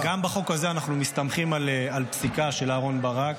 גם בחוק הזה אנחנו מסתמכים על פסיקה של אהרן ברק,